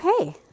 Okay